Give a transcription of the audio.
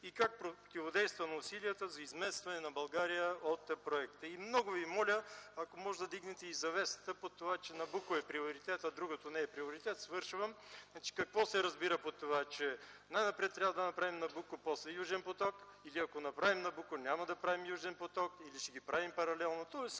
Как противодейства на усилията за изместване на България от проекта? И много Ви моля, ако можете да вдигнете завесата за това, че „Набуко” е приоритет, а другото не е приоритет. Свършвам с: какво се разбира под това, че най-напред трябва да направим „Набуко”, а после „Южен поток” или ако направим „Набуко” няма да правим „Южен поток”, или ще ги правим паралелно? Тоест,